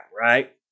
right